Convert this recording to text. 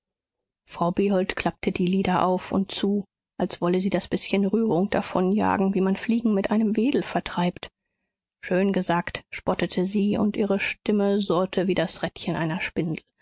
frau behold klappte die lider auf und zu als wolle sie das bißchen rührung davonjagen wie man fliegen mit einem wedel vertreibt schön gesagt spottete sie und ihre stimme surrte wie das rädchen einer spindel